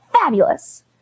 fabulous